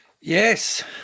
Yes